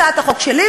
הצעת החוק שלי,